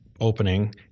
opening